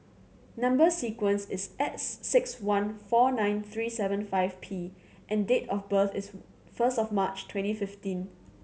number sequence is S six one four nine three seven five P and date of birth is first of March twenty fifteen